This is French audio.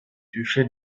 duché